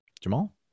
Jamal